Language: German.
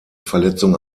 verletzung